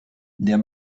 der